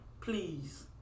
please